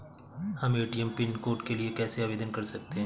हम ATM pin code के लिए कैसे आवेदन कर सकते हैं?